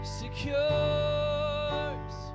secures